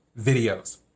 videos